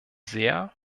sehr